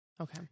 Okay